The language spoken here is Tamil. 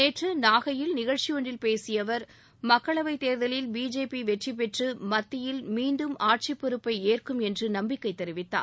நேற்று நாகையில் நிகழ்ச்சியொன்றில் பேசிய அவர் மக்களவை தேர்தலில் பிஜேபி வெற்றி பெற்று மத்தியில் மீண்டும் ஆட்சி பொறுப்பை ஏற்கும் என்று நம்பிக்கை தெரிவித்தார்